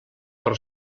per